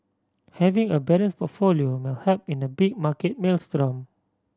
having a balance portfolio may help in a big market maelstrom